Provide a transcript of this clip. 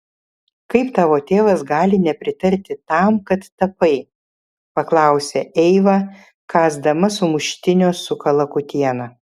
kaip tavo tėvas gali nepritarti tam kad tapai paklausė eiva kąsdama sumuštinio su kalakutiena